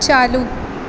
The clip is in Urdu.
چالو